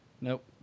Nope